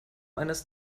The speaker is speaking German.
eines